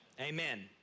Amen